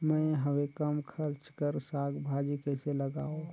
मैं हवे कम खर्च कर साग भाजी कइसे लगाव?